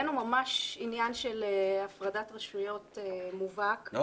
איננו ממש עניין של הפרדת רשויות מובהק --- לא,